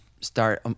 start